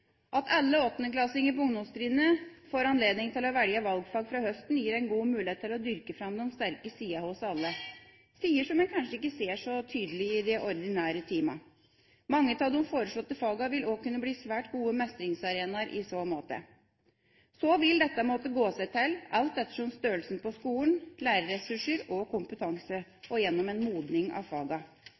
At alle 8.-klassinger på ungdomstrinnet får anledning til å velge valgfag fra høsten, gir en god mulighet til å dyrke fram de sterke sidene hos alle, sider som en kanskje ikke ser så tydelig i de ordinære timene. Mange av de foreslåtte fagene vil også kunne bli svært gode mestringsarenaer i så måte. Så vil dette måtte gå seg til alt etter størrelsen på skolen, lærerressurser og kompetanse, og gjennom en modning av